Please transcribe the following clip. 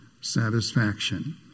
satisfaction